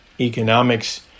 economics